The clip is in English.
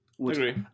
Agree